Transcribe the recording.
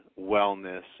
wellness